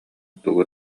тугу